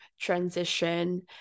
transition